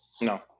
No